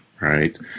Right